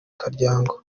karyango